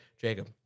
Jacob